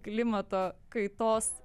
klimato kaitos